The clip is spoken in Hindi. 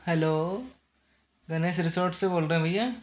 हेलो गनेस रिसोर्ट से बोल रहे हैं भईया